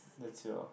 that's your